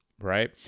Right